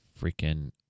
freaking